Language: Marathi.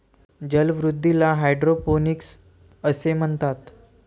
जलवृद्धीला हायड्रोपोनिक्स असे म्हणतात